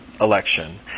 election